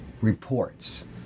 reports